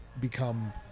become